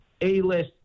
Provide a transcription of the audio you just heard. A-list